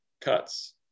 cuts